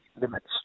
limits